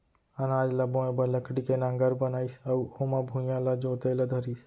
अनाज ल बोए बर लकड़ी के नांगर बनाइस अउ ओमा भुइयॉं ल जोते ल धरिस